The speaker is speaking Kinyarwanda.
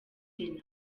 sena